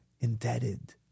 indebted